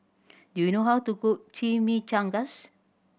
do you know how to cook Chimichangas